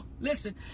Listen